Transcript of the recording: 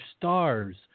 stars